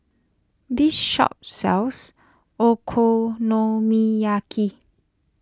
this shop sells Okonomiyaki